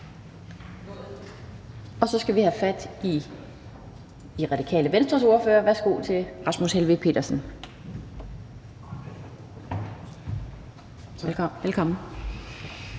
Så skal vi have fat i Radikale Venstres ordfører. Værsgo til hr. Rasmus Helveg Petersen. Velkommen.